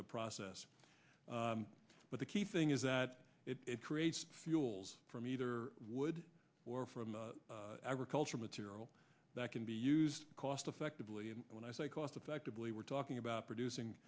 process but the key thing is that it creates fuels from either wood or from agriculture material that can be used cost effectively and when i say cost effectively we're talking about producing